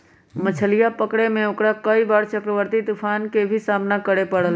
मछलीया पकड़े में ओकरा कई बार चक्रवाती तूफान के भी सामना करे पड़ले है